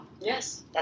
Yes